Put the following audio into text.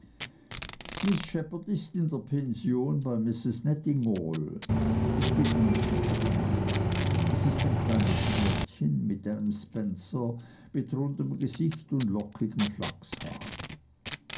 in der pension bei misses nettingall ich bete miß shepherd an es ist ein kleines mädchen mit einem spenser mit rundem gesicht und lockigem